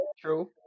true